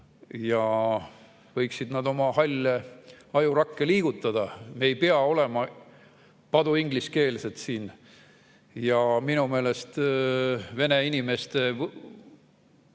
nad võiksid oma halle ajurakke liigutada. Me ei pea olema paduingliskeelsed siin. Ja minu meelest vene inimeste võimeid